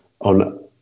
on